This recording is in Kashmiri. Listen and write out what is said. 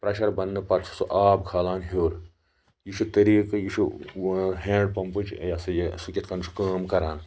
پریٚشَر بَننہٕ پَتہٕ سُہ آب کھالان ہیٚور یہِ چھُ طٔریقہِ یہِ چھُ ہیٚنٛڈ پَمپٕچ یہِ ہَسا یہِ سُہ کِتھ کنۍ چھُ کٲم کَران